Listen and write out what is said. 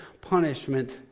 punishment